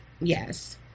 Yes